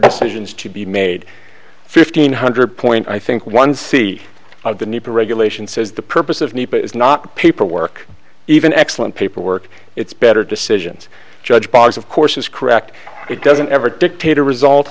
decisions to be made fifteen hundred point i think one c of the need to regulation says the purpose of nepa is not paperwork even excellent paper work it's better decisions judge bars of course is correct it doesn't ever dictator result